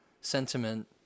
sentiment